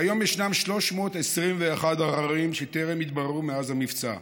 כיום ישנם 321 עררים שטרם התבררו מאז המבצע,